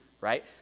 right